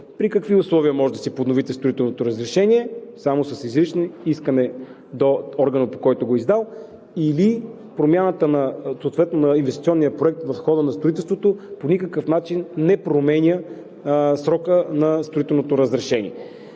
при какви условия може да си подновите строителното разрешение – само с изрично искане до органа, който го е издал, или промяната на инвестиционния проект в хода на строителството по никакъв начин не променя срока на строителното разрешение.